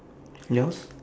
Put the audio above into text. yours